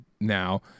now